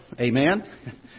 amen